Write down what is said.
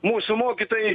mūsų mokytojai